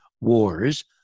wars